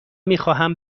میخواهم